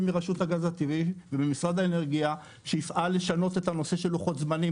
מרשות הגז הטבעי וממשרד האנרגיה שיפעל לשנות את נושא לוחות הזמנים